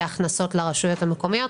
בהכנסות לרשויות המקומיות